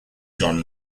john